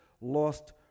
lost